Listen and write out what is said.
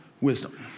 wisdom